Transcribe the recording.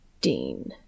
Dean